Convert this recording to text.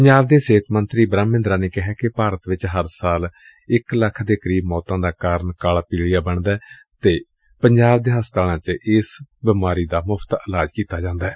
ਪੰਜਾਬ ਦੇ ਸਿਹਤ ਮੰਤਰੀ ਬੁਹਮ ਮਹਿੰਦਰਾ ਨੇ ਕਿਹਾ ਕਿ ਭਾਰਤ ਵਿਚ ਹਰ ਸਾਲ ਇਕ ਲੱਖ ਦੇ ਕਰੀਬ ਮੌਤਾਂ ਦਾ ਕਾਰਨ ਕਾਲਾ ਪੀਲੀਆ ਬਣਦੈ ਪੰਜਾਬ ਦੇ ਹਸਪਤਾਲਾਂ ਵਿਚ ਇਸ ਰੋਗ ਦਾ ਮੁਫਤ ਇਲਾਜ ਕੀਤਾ ਜਾਂਦੈ